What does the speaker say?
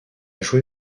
joué